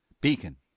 Beacon